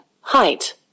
height